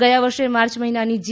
ગયા વર્ષે માર્ચ મહીનાની જી